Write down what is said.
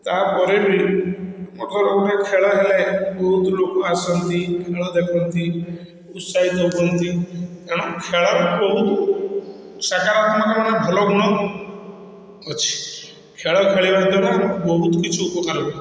ତା'ପରେ ବି ମକର ଖେଳ ହେଲେ ବହୁତ ଲୋକ ଆସନ୍ତି ଖେଳ ଦେଖନ୍ତି ଉତ୍ସାହିତ ହୁଅନ୍ତି ଏଣୁ ଖେଳ ବହୁତ ସାକାରାତ୍ମକ ଭାବେ ଭଲ ଗୁଣ ଅଛି ଖେଳ ଖେଳିବା ଦ୍ୱାରା ବହୁତ କିଛି ଉପକାର ହୁଏ